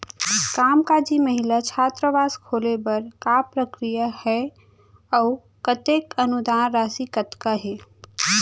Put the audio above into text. कामकाजी महिला छात्रावास खोले बर का प्रक्रिया ह अऊ कतेक अनुदान राशि कतका हे?